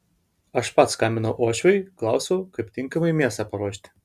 aš pats skambinau uošviui klausiau kaip tinkamai mėsą paruošti